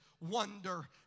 wonder